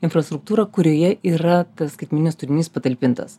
infrastruktūra kurioje yra tas skaitmeninis turinys patalpintas